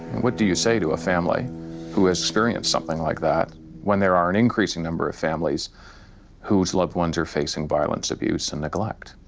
what do you say to a family who has experienced something like that when there are an increasing number of families whose loved ones are facing violence, abuse, and neglect?